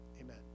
amen